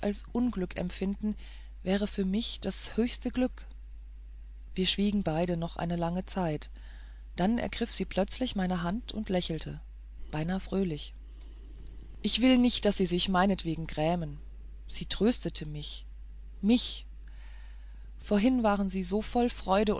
unglück empfinden wäre für mich das höchste glück wir schwiegen beide noch eine lange zeit dann ergriff sie plötzlich meine hand und lächelte beinahe fröhlich ich will nicht daß sie sich meinetwegen grämen sie tröstete mich mich vorhin waren sie so voll freude